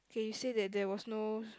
okay you said that there was no